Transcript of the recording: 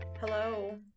Hello